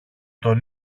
τον